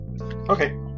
Okay